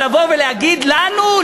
ולבוא ולהגיד לנו,